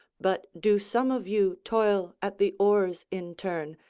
but do some of you toil at the oars in turn,